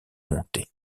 monté